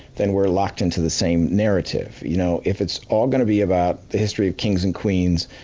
then we're locked into the same narrative. you know if it's all gonna be about the history of kings and queens,